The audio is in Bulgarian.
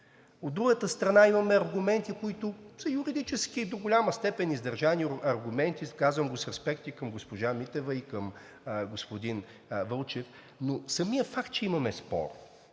от друга страна, имаме аргументи, които са юридически, до голяма степен издържани аргументи, казвам го с респект и към госпожа Митева, и към господин Вълчев, но самият факт, че имаме спор,